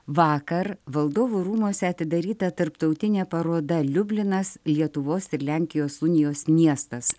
vakar valdovų rūmuose atidaryta tarptautinė paroda liublinas lietuvos ir lenkijos unijos miestas